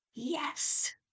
Yes